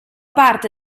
parte